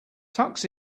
tux